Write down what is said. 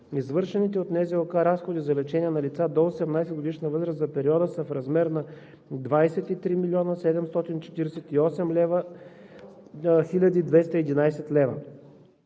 Извършените от НЗОК разходи за лечение на лица до 18 годишна възраст за периода са в размер на 23 млн. 748 хил. 211 лв.